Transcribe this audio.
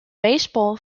baseball